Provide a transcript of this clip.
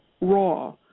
raw